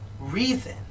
reason